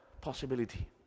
possibility